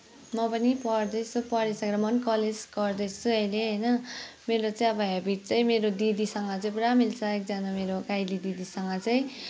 म पनि पढ्दैछु पढिसकेर म नि कलेज गर्दैछु अहिले होइन मेरो चाहिँ अब हेबिट चाहिँ मेरो दिदीसँग चाहिँ पुरा मिल्छ एकजना मेरो काइँली दिदीसँग चाहिँ